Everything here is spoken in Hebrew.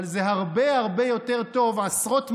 אבל זה הרבה הרבה יותר טוב, עשרות מונים,